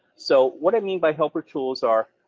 so what i mean by helper tools are,